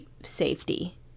safety